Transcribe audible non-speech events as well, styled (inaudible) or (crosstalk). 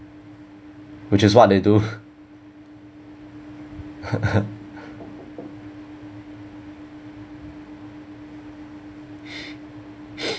which is what they do (laughs) (breath)